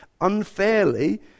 unfairly